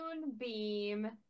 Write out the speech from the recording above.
Moonbeam